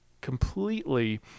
completely